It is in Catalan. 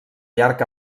llarg